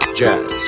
jazz